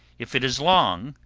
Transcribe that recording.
if it is long,